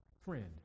friend